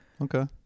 Okay